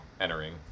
entering